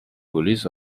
police